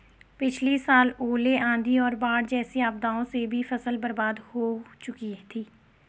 पिछली साल ओले, आंधी और बाढ़ जैसी आपदाओं से भी फसल बर्बाद हो हुई थी